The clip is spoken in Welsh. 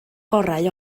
gorau